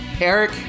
Eric